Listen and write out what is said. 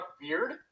beard